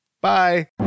Bye